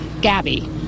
Gabby